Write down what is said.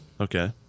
Okay